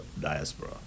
diaspora